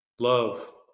love